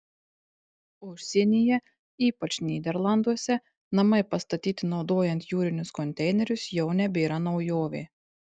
užsienyje ypač nyderlanduose namai pastatyti naudojant jūrinius konteinerius jau nebėra naujovė